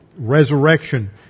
Resurrection